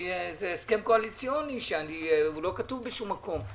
זה הסכם קואליציוני שלא כתוב בשום מקום.